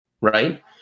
right